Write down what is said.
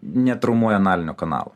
netraumuoja analinio kanalo